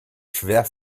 schwer